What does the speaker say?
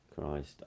Christ